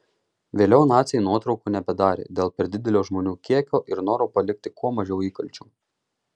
vėliau naciai nuotraukų nebedarė dėl per didelio žmonių kiekio ir noro palikti kuo mažiau įkalčių